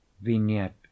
Vignette